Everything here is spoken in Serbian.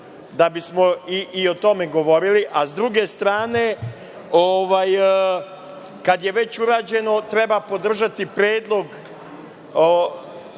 da bismo i o tome govorili. S druge strane, kada je već urađeno treba podržati predlog